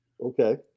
Okay